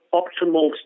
optimal